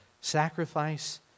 sacrifice